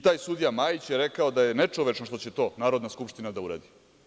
Taj sudija Majić je rekao da je nečovečno što će to Narodna skupština da uradi.